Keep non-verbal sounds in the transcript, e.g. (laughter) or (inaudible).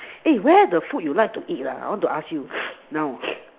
eh where the food you like to eat ah I want to ask you (noise) now (noise)